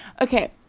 Okay